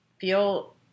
feel